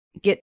get